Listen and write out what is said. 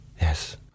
Yes